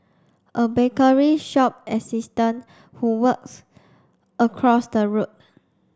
a bakery shop assistant who works across the road